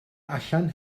allan